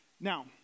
Now